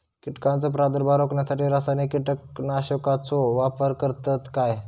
कीटकांचो प्रादुर्भाव रोखण्यासाठी रासायनिक कीटकनाशकाचो वापर करतत काय?